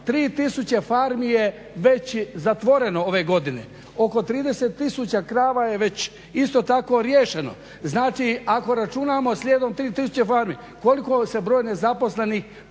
farmi je već zatvoreno ove godine, oko 30 tisuća krava je već isto tako riješeno. Znači ako računamo slijedom 3 tisuće farmi, koliko se broj nezaposlenih